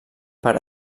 per